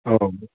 हो